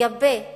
לגבי הירי,